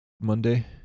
Monday